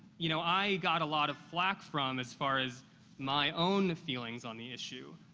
you know, i got a lot of flack from as far as my own feelings on the issue,